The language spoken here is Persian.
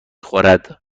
خورد